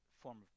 form